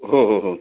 हो हो हो